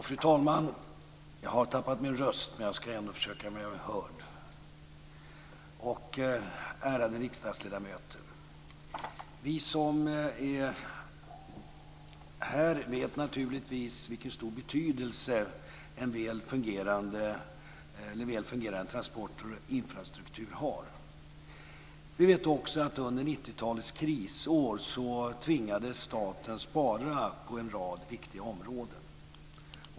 Fru talman! Jag har tappat rösten, men jag ska ändå försöka göra mig hörd. Ärade riksdagsledamöter! Vi som är här vet naturligtvis vilken stor betydelse väl fungerande transporter och en väl fungerande infrastruktur har. Vi vet också att under 90-talets krisår tvingades staten spara på en rad viktiga områden.